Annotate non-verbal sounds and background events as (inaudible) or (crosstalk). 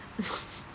(laughs)